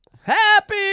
Happy